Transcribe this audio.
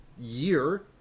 year